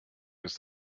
ist